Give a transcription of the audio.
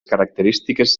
característiques